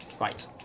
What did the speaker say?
Right